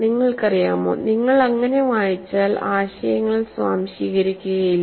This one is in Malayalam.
നിങ്ങൾക്കറിയാമോ നിങ്ങൾ അങ്ങനെ വായിച്ചാൽ ആശയങ്ങൾ സ്വാംശീകരിക്കുകയില്ല